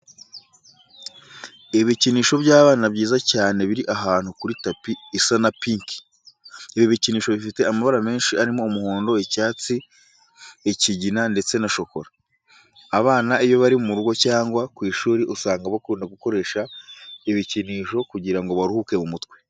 Ibikinisho by'abana byiza cyane biri ahantu kuri tapi isa na pinki. Ibi bikinisho bifite amabara menshi arimo umuhondo, icyatsi, ikigina ndetse na shokora. Abana iyo bari mu rugo cyangwa ku ishuri usanga bakunda gukoresha ibikinisho kugira ngo baruhuke mu mutwe.